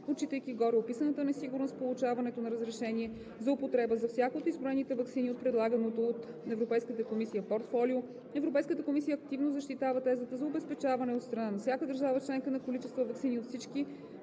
Отчитайки гореописаната несигурност в получаването на разрешение за употреба за всяка от изброените ваксини от предлаганото от Европейската комисия портфолио, Европейската комисия активно защитава тезата за обезпечаване от страна на всяка държава членка на количества ваксини от всеки